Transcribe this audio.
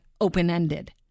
open-ended